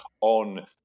on